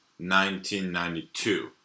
1992